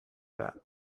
that